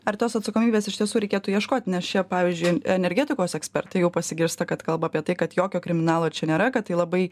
ar tos atsakomybės iš tiesų reikėtų ieškoti nes čia pavyzdžiui energetikos ekspertai jau pasigirsta kad kalba apie tai kad jokio kriminalo čia nėra kad tai labai